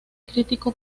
crítico